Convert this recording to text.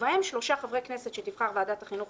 ובהם שלושה חברי כנסת שתבחר ועדת החינוך